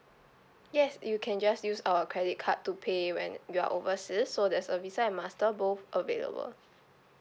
yes you can just use our credit card to pay when you're overseas so there's a visa and master both available